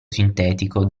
sintetico